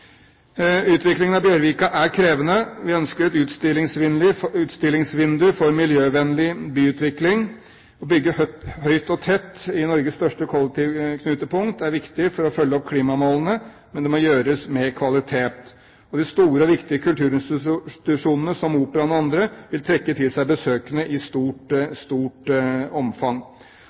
Utviklingen av Bjørvika er krevende. Vi ønsker et utstillingsvindu for miljøvennlig byutvikling. Å bygge høyt og tett i Norges største kollektivknutepunkt er viktig for å følge opp klimamålene. Men det må gjøres med kvalitet. De store og viktige kulturinstitusjonene, som Operaen og andre, vil trekke til seg besøkende i stort omfang.